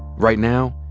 right now,